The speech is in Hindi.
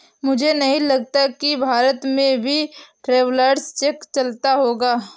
मुझे नहीं लगता कि भारत में भी ट्रैवलर्स चेक चलता होगा